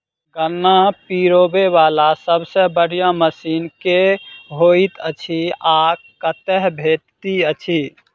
गन्ना पिरोबै वला सबसँ बढ़िया मशीन केँ होइत अछि आ कतह भेटति अछि?